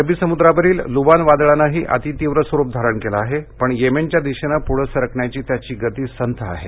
अरबी समुद्रावरील लुबान वादळानंही अती तीव्रस्वरूप धारण केलं आहे पण येमेनच्या दिशेनं पुढे सरकण्याची त्याची गती संथ आहे